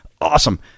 awesome